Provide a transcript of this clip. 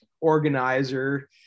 organizer